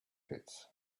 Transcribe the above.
pits